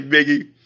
Biggie